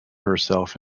herself